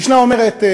המשנה אומרת: